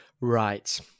right